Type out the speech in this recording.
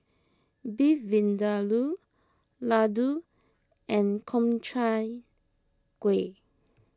Beef Vindaloo Ladoo and Gobchang Gui